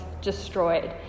destroyed